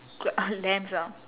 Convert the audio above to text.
cl~ lamps ah